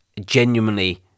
genuinely